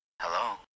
Hello